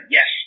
Yes